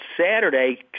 Saturday